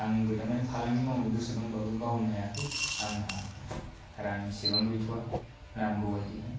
आंबो दा मानि फालांगि मावनो गोसो दंबाबो मावनो हायाखै आंहा रां एसेबां गैथ'आ नांगौबायदि हाया